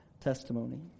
testimony